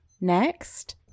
Next